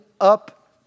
up